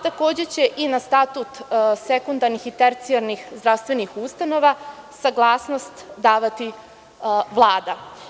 Takođe će i na status sekundarnih i tercijarnih zdravstvenih ustanova saglasnost davati Vlada.